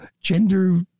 gender